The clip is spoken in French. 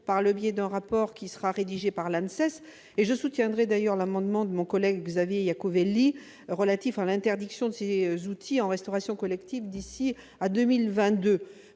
par le biais d'un rapport qui sera rédigé par l'ANSES. Je soutiendrai d'ailleurs l'amendement de mon collègue Xavier Iacovelli visant l'interdiction de ces outils en restauration collective d'ici à 2022.